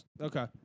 Okay